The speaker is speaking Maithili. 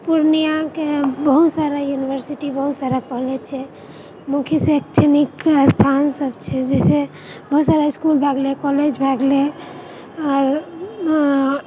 पूर्णियाँके बहुतसारा युनिवर्सिटी बहुसारा कॉलेज छै मुख्य शैक्षणिक स्थानसभ छै जे बहुतसारा इसकुल भए गेलै कॉलेज भए गेलै आओर